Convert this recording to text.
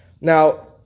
Now